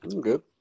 Good